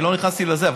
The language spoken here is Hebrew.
אני לא נכנסתי לזה.